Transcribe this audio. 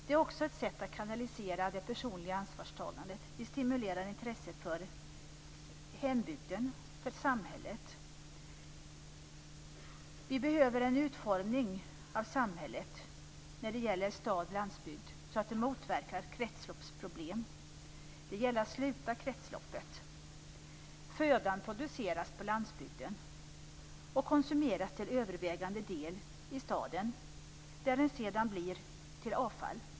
Det är också ett sätt att kanalisera det personliga ansvarstagandet. Det stimulerar intresset för hembygden, för samhället. Vi behöver en utformning av samhället när det gäller stad-landsbygd så att det motverkar kretsloppsproblem. Det gäller att sluta kretsloppet. Födan produceras på landsbygden och konsumeras till övervägande del i staden, där den sedan blir till avfall.